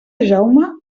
jaume